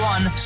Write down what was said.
One